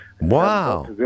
Wow